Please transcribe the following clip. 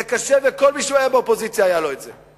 זה קשה, וכל מי שהיה באופוזיציה היה לו את זה.